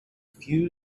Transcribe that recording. few